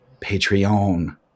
Patreon